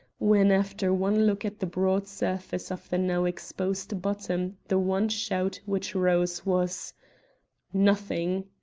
when, after one look at the broad surface of the now exposed bottom the one shout which rose was nothing!